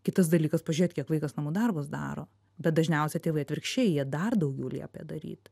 kitas dalykas pažiūrėt kiek vaikas namų darbus daro bet dažniausia tėvai atvirkščiai jie dar daugiau liepia daryt